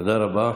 תודה רבה.